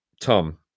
Tom